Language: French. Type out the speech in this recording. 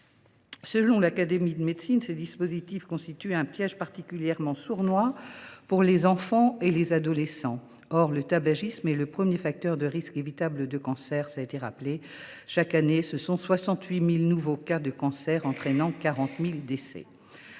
Selon l’Académie nationale de médecine, ces dispositifs constituent « un piège particulièrement sournois pour les enfants et les adolescents ». Or le tabagisme est le premier facteur de risque évitable de cancer. Chaque année, 68 000 nouveaux cas de cancer, entraînant 40 000 décès,